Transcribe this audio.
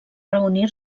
reunir